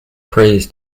prays